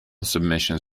submission